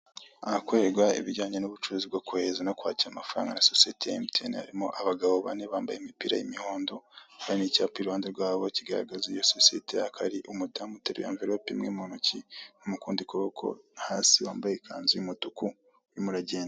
Ahakorerwa ibijyanye n'ubucuruzi bwo kohereza no kwakira amafaranga na sosiyete ya MTN, harimo abagabo bane bambaye imipira y'umuhondo hari n'icyapa iruhande rwabo kigaragaza iyo sosiyete ko ari umudamu uteruye anverope imwe muntoki nukundi kuboko hasi wambaye ikanzu y'umutuku urimo uragenda.